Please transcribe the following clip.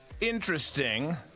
Interesting